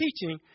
teaching